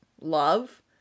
love